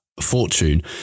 fortune